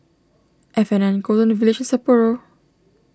F and N Golden and Village Sapporo